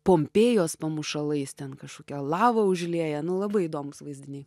pompėjos pamušalais ten kažkokia lava užlieja labai įdomūs vaizdiniai